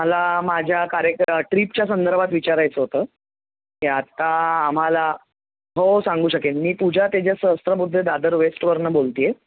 मला माझ्या कार्यक्र ट्रीपच्या संदर्भात विचारायचं होतं की आत्ता आम्हाला हो सांगू शकेन मी पूजा तेजस सहस्त्रबुद्धे दादर वेस्टवरनं बोलते आहे